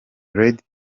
lady